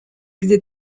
gdy